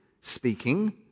speaking